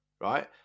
right